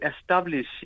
establish